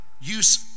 use